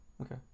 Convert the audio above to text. Okay